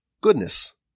goodness